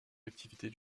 activités